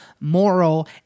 moral